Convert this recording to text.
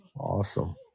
Awesome